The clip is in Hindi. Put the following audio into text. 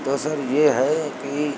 तो सर यह है कि